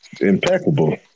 Impeccable